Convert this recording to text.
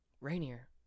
Rainier